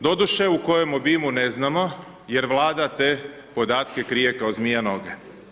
Doduše u kojem obimu ne znamo, jer Vlada te podatke krije kao zmija noge.